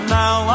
now